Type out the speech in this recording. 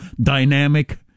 dynamic